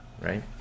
right